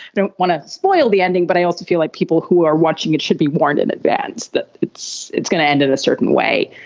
don't want to spoil the ending, but i also feel like people who are watching it should be warned in advance that it's it's going to end in a certain way.